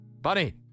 Bunny